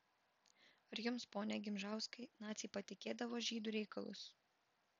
ar jums pone gimžauskai naciai patikėdavo žydų reikalus